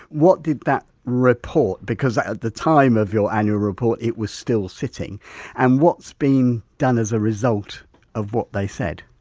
what did that report because at the time of your annual report it was still sitting and what's been done as a result of what they said?